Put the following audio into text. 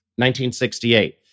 1968